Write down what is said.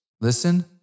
Listen